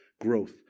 growth